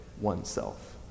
oneself